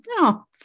no